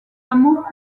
amour